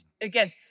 again